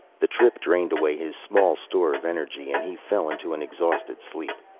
the trip drained away his small store of energy, and he fell into an exhausted sleep.